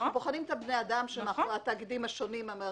ואנחנו בוחנים את בני האדם שמאחורי התאגידים השונים.